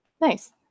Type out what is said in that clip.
Nice